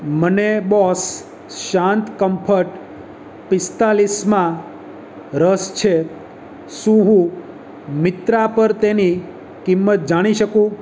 મને બોસ શાંત કમ્ફર્ટ પિસ્તાલીસમાં રસ છે શું હું મિત્રા પર તેની કિંમત જાણી શકું